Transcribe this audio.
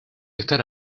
estar